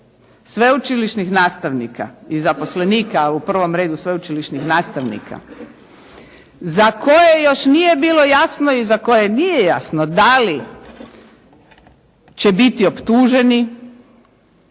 sveučilišnih nastavnika i zaposlenika, u prvom redu sveučilišnih nastavnika za koje još nije bilo jasno i za koje nije jasno da li će biti optuženi,